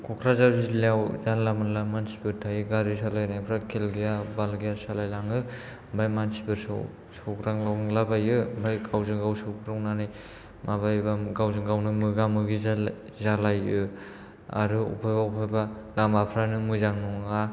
कक्राझार जिल्लायाव जानला मोनला मानसिफोर थायो गारि सालायनायफ्रा खेल गैया बाल गैया सालाय लाङो ओमफ्राय मानसिफोर सौग्रांलांलाबायो ओमफ्राय गावजों गाव सौग्रावनानै माबायोबा गावजों गावनो मोगा मोगि जालायो आरो अबहाय अबहायबा लामाफ्रानो मोजां नङा